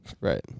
Right